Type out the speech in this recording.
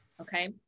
Okay